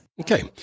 okay